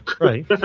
Right